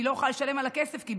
והיא לא יכולה לשלם על המעון,